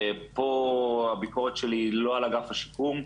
פה הביקורת שלי היא לא על אגף השיקום,